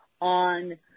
on